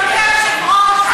אדוני היושב-ראש,